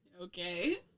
Okay